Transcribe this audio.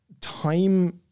time